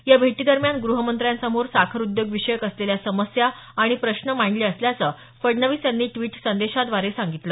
या भेटीदरम्यान गृहमंत्र्यांसमोर साखर उद्योग विषयक असलेल्या समस्या आणि प्रश्न मांडले असल्याचं फडणवीस यांनी ड्विट संदेशाद्वारे सांगितलं